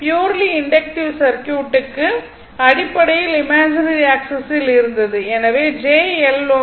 purely inductive சர்க்யூட்டுக்கு அடிப்படையில் imaginary ஆக்ஸிஸில் இருந்தது எனவே jLω